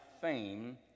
fame